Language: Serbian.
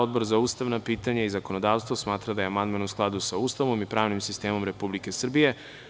Odbor za ustavna pitanja i zakonodavstvo smatra da je amandman u skladu sa Ustavom i pravnim sistemom Republike Srbije.